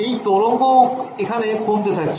এই তরঙ্গ ও এখানে কমতে থাকছে